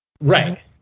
right